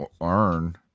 earn